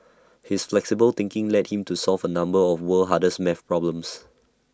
his flexible thinking led him to solve A number of world hardest math problems